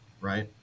right